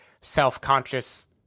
self-conscious